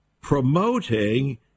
promoting